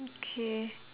okay